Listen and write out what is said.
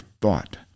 thought